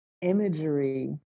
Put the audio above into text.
imagery